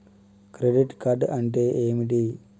Credit card అంటే ఏమిటి?